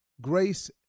grace